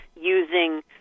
using